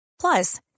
Plus